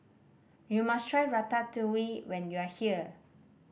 you must try Ratatouille when you are here